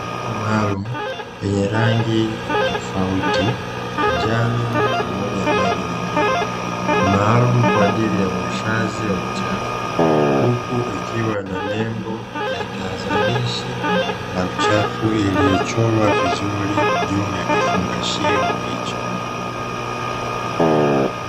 Mfuko maalumu wenye rangi tofauti njano pamoja na rangi nyingine maalumu kwa ajili ya uhifadhi wa uchafu, huku ikiwa na nembo ya tahadharishi la uchafu iliyochorwa vizuri juu ya kifungashio hicho.